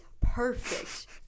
perfect